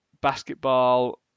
basketball